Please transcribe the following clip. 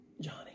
Johnny